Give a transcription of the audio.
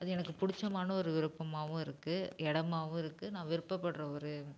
அது எனக்கு பிடிச்சமான ஒரு விருப்பமாகவும் இருக்கு இடமாவும் இருக்கு நான் விருப்பப்படுகிற ஒரு